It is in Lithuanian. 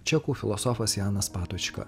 čekų filosofas janas patočka